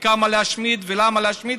וכמה להשמיד ולמה להשמיד.